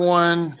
one